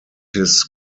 his